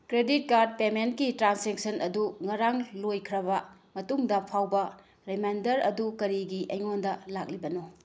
credit card ꯄꯦꯃꯦꯟꯠꯒꯤ transaction ꯑꯗꯨ ꯉꯔꯥꯡ ꯂꯣꯏꯈ꯭ꯔꯕ ꯃꯇꯨꯡꯗ ꯐꯥꯎꯕ ꯔꯩꯃꯥꯏꯟꯗꯔ ꯑꯗꯨ ꯀꯔꯤꯒꯤ ꯑꯩꯉꯣꯟꯗ ꯂꯥꯛꯂꯤꯕꯅꯣ